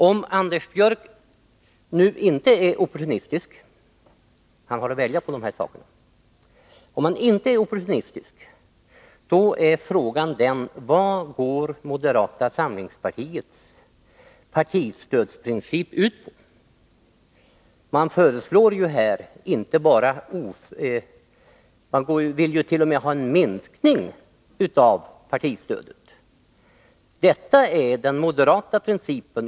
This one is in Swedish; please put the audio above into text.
Om Anders Björck nu inte är opportunistisk — han har att välja mellan de här sakerna — då är frågan: Vad går moderata samlingspartiets partistödsprincip ut på? Ni vill ju t.o.m. ha en minskning av partistödet. Detta är den moderata principen.